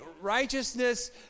righteousness